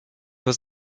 was